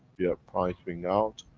we are wiping out,